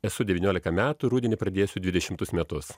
esu devyniolika metų rudenį pradėsiu dvidešimtus metus